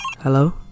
Hello